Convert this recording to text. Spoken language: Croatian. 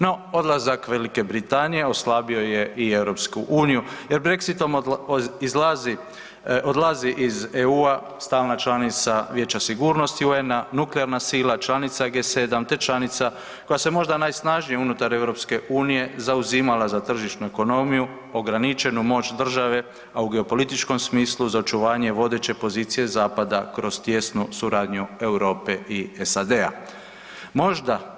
No odlazak Velike Britanije oslabio je i EU jer Brexitom odlazi iz EU stalna članica Vijeća sigurnosti UN-a, nuklearna sila, članica G7, te članica koja se možda najsnažnije unutar EU zauzimala za tržišnu ekonomiju, ograničenu moć države, a u geopolitičkom smislu za očuvanje vodeće pozicije zapada kroz tijesnu suradnju Europe i SAD-a.